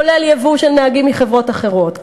כולל ייבוא של נהגים מחברות אחרות,